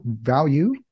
value